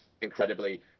incredibly